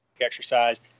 exercise